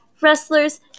wrestlers